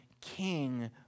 king